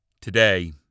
Today